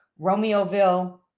Romeoville